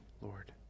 Lord